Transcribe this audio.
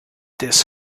this